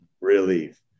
relief